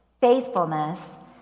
faithfulness